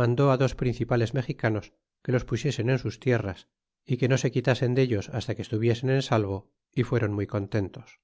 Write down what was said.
mandó á dos principales mexicanos que los pusiesen en sus tierras y que no se quitasen dellos hasta que estuviesen en salvo y fueron muy contentos